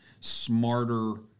smarter